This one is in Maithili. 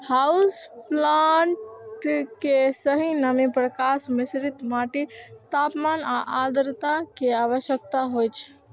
हाउस प्लांट कें सही नमी, प्रकाश, मिश्रित माटि, तापमान आ आद्रता के आवश्यकता होइ छै